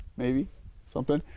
maybe something. oh,